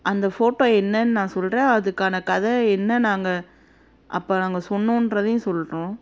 அந்த ஃபோட்டோ என்னென்னு நான் சொல்கிறேன் அதுக்கான கதை என்ன நாங்கள் அப்போ நாங்கள் சொன்னோங்றதையும் சொல்கிறோம்